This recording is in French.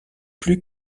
plus